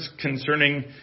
concerning